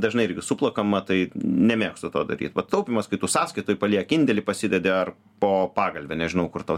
dažnai irgi suplakama tai nemėgstu to daryt va taupymas kai tu sąskaitoj palieki indėlį pasidedi ar po pagalve nežinau kur tau